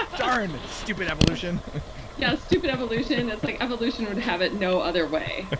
ah darn, stupid evolution yeah, stupid evolution. it's like, evolution would have it no other way.